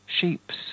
Sheep's